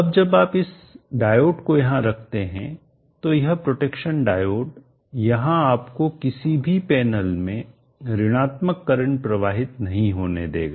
अब जब आप इस डायोड को यहां रखते है तो यह प्रोटेक्शन डायोड यहां आपको किसी भी पैनल में ऋणात्मक करंट प्रवाहित नहीं होने देगा